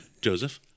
Joseph